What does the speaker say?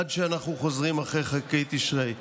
עד שאנחנו חוזרים אחרי חגי תשרי.